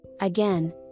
Again